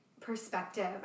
perspective